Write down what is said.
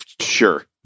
sure